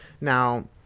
now